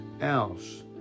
else